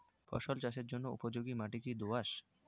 ফসল চাষের জন্য উপযোগি মাটি কী দোআঁশ?